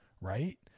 right